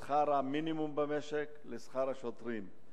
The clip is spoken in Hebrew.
את שכר המינימום במשק לשכר השוטרים.